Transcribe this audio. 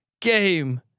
game